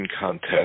contest